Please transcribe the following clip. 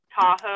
Tahoe